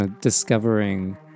discovering